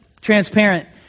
transparent